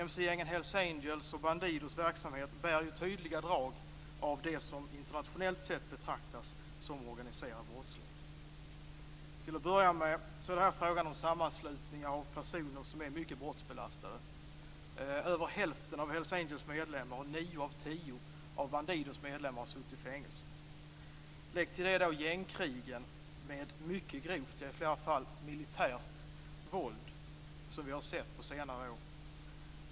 Mcgängen Hells Angels och Bandidos verksamhet bär ju tydliga drag av det som internationellt sett betraktas som organiserad brottslighet. Till att börja med är det här fråga om sammanslutningar av personer som är mycket brottsbelastade. Över hälften av Hells Angels medlemmar och nio av tio av Bandidos medlemmar har suttit i fängelse. Lägg till detta gängkrigen med mycket grovt, i flera fall militärt, våld som vi har sett på senare år.